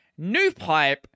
Newpipe